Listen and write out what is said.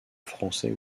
français